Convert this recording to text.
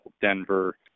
Denver